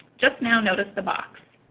just now noticed the box.